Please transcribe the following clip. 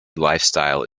lifestyle